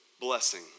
blessing